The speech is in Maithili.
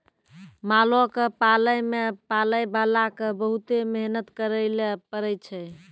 मालो क पालै मे पालैबाला क बहुते मेहनत करैले पड़ै छै